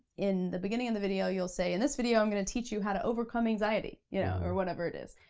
in the beginning of the video you'll say, in this video, i'm gonna teach you how to overcome anxiety, you know or whatever it is.